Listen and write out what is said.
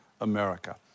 America